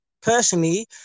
personally